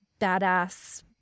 badass